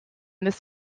this